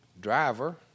driver